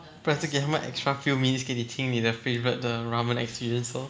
不然就给他 extra few minutes 给你听你的 favourite 的 ramen 的 experience lor